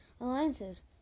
Alliances